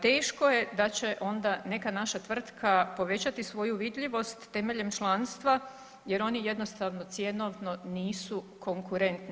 Teško je da će onda neka naša tvrtka povećati svoju vidljivost temeljem članstva jer oni jednostavno cjenovno nisu konkurentni.